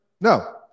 No